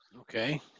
Okay